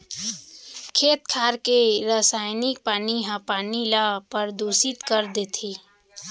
खेत खार के रसइनिक पानी ह पानी ल परदूसित कर देथे